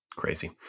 crazy